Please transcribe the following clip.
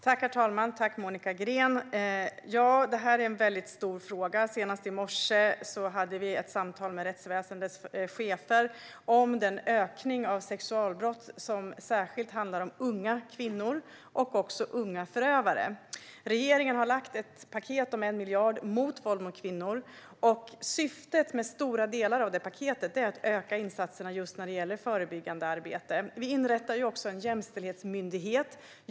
Herr talman! Tack, Monica Green! Det här är en stor fråga. Senast i morse hade vi ett samtal med rättsväsendets chefer om den ökning av sexualbrott som särskilt handlar om unga kvinnor och även unga förövare. Regeringen har lagt fram ett paket om 1 miljard mot våld mot kvinnor. Syftet med stora delar av det paketet är att öka insatserna när det gäller just förebyggande arbete. Vi inrättar också en jämställdhetsmyndighet.